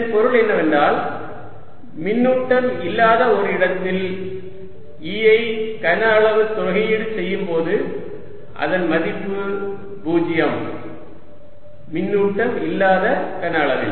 இதன் பொருள் என்னவென்றால் மின்னூட்டம் இல்லாத ஒரு இடத்தில் E ஐ கன அளவு தொகையீடு செய்யும்போது அதன் மதிப்பு 0 மின்னூட்டம் இல்லாத கன அளவில்